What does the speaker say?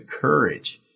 courage